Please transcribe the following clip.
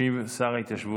ישיב שר ההתיישבות,